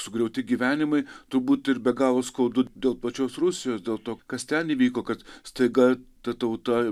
sugriauti gyvenimai turbūt ir be galo skaudu dėl pačios rusijos dėl to kas ten įvyko kad staiga ta tauta